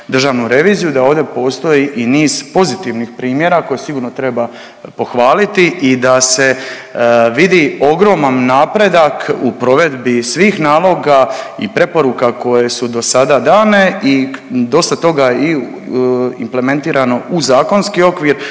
državnu reviziju da ovdje postoji i niz pozitivnih primjera, koje sigurno treba pohvaliti i da se vidi ogroman napredak u provedbi svih naloga i preporuka koje su do sada dane i dosta toga i implementirano u zakonski okvir,